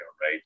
right